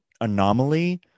anomaly